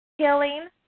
Killing